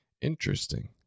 Interesting